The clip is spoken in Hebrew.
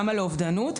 כמה לאובדנות,